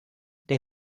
they